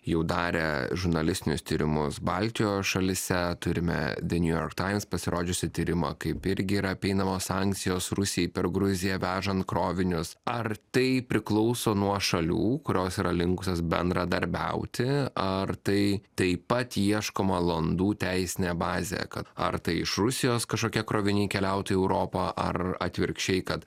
jau darė žurnalistinius tyrimus baltijos šalyse turime da niu jork taims pasirodžiusį tyrimą kaip irgi yra apeinamos sankcijos rusijai per gruziją vežant krovinius ar tai priklauso nuo šalių kurios yra linkusios bendradarbiauti ar tai taip pat ieškoma landų teisinę bazę kad ar tai iš rusijos kažkokie kroviniai keliautų į europą ar atvirkščiai kad